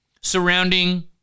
surrounding